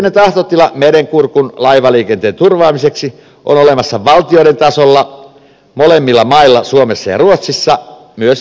yhteinen tahtotila merenkurkun laivaliikenteen turvaamiseksi on olemassa valtioiden tasolla molemmilla mailla suomella ja ruotsilla myös alueellisella tasolla